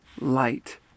light